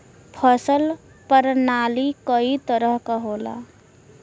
फसल परनाली कई तरह क होला